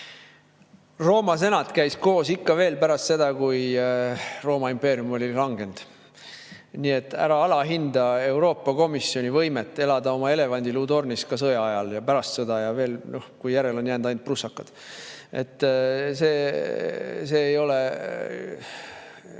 Rooma senat käis koos ikka veel pärast seda, kui Rooma impeerium oli langenud. Ära alahinda Euroopa Komisjoni võimet elada oma elevandiluutornis ka sõja ajal ja pärast sõda, kui järele on jäänud ainult prussakad. Nad on